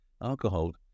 alcohol